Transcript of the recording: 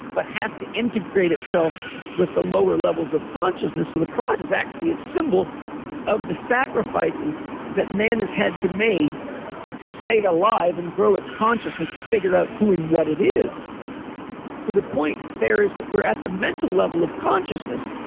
but has to integrate itself with the lower levels of consciousness. so the cross is actually a symbol of the sacrifices that man has had to made to stay alive and grow its consciousness, to figure out who and what it is so the point there is that we're at the mental level of consciousness.